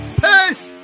Peace